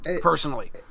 Personally